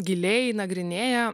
giliai nagrinėja